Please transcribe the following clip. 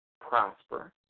prosper